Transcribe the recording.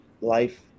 life